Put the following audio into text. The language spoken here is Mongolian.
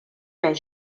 байна